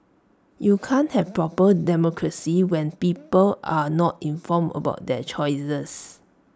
you can't have A proper democracy when people are not informed about their choices